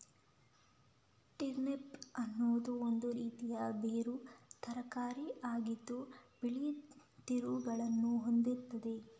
turnip ಅನ್ನುದು ಒಂದು ರೀತಿಯ ಬೇರು ತರಕಾರಿ ಆಗಿದ್ದು ಬಿಳಿ ತಿರುಳನ್ನ ಹೊಂದಿರ್ತದೆ